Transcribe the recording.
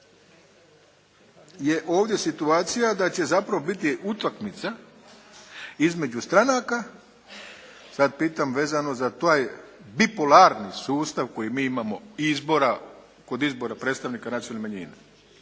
je ovdje situacija da će zapravo biti utakmica između stranaka, sada pitam vezano za taj bipolarni sustav koji mi imamo izbora, kod izbora predstavnika nacionalnih manjina,